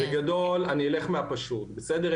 בגדול, אני אלך מהפשוט, בסדר?